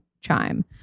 Chime